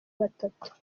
batatu